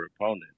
opponent